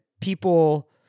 people